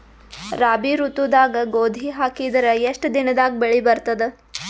ರಾಬಿ ಋತುದಾಗ ಗೋಧಿ ಹಾಕಿದರ ಎಷ್ಟ ದಿನದಾಗ ಬೆಳಿ ಬರತದ?